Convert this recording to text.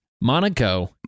Monaco